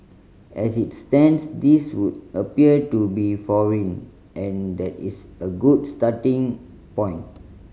as it stands these would appear to be foreign and that is a good starting point